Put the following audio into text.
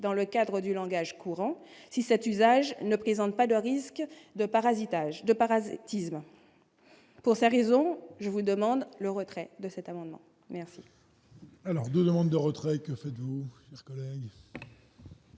dans le cadre du langage courant si cet usage ne présente pas de risques de parasitage de parasitisme pour sa raison, je vous demande le retrait de cet amendement, merci.